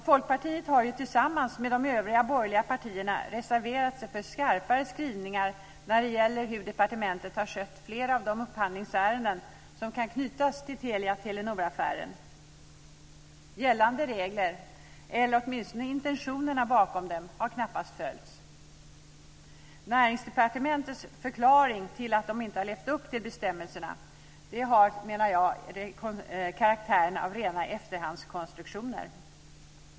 Folkpartiet har tillsammans med de övriga borgerliga partierna reserverat sig för skarpare skrivningar när det gäller hur departementet har skött flera av de upphandlingsärenden som kan knytas till Telia Telenor-affären. Gällande regler, eller åtminstone intentionerna bakom dem, har knappast följts. Näringsdepartementets förklaring till att de inte har levt upp till bestämmelserna har karaktären av rena efterhandskonstruktioner.